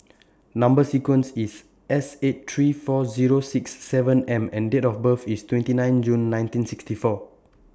Number sequence IS S eight three four Zero six seven nine M and Date of birth IS twenty nine June nineteen sixty four